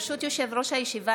ברשות יושב-ראש הישיבה,